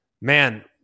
man